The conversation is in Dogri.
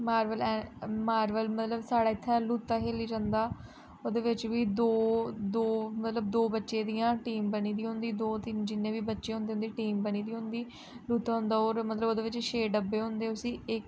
मारवल मारवल मतलब साढ़ै इत्थे लुत्ता खेली जंदा ओह्दे बिच्च बी दो दो मतलब दो बच्चें दियां टीमां बनी दी होंदी दो तिन्न जिन्ने बी बच्चे होंदे उं'दी टीम बनी दी होंदी लुत्ता होंदा होर मतलब ओह्दे बिच्च छे डब्बे होंदे उसी